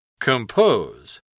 compose